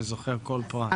אני זוכר כל פרט.